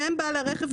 שם בעל הרכב,